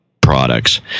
products